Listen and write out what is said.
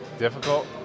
difficult